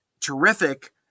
terrific